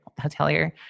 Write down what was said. Hotelier